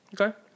Okay